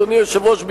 אדוני היושב-ראש,